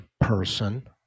person